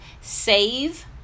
save